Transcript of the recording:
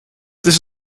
this